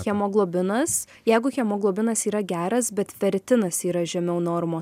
hemoglobinas jeigu hemoglobinas yra geras bet feritinas yra žemiau normos